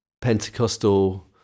Pentecostal